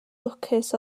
lwcus